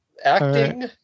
Acting